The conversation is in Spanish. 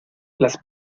las